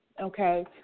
okay